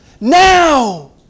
now